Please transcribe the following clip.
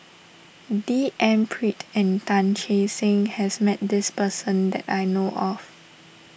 D N Pritt and Tan Che Sang has met this person that I know of